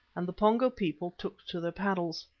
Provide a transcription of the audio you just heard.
and the pongo people took to their paddles.